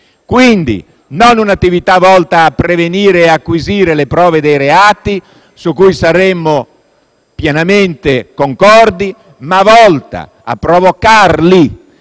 quindi, di un'attività volta a prevenire e acquisire le prove dei reati, su cui saremmo pienamente concordi, ma a provocarli